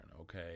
Okay